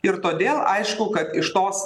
ir todėl aišku kad iš tos